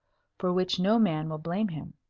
for which no man will blame him.